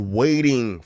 waiting